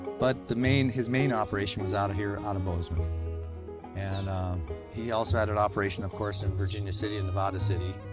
but the main his main operation was out of here, out of bozeman and he also had an operation, of course, in virginia city and nevada city.